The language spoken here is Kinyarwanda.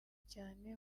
cyane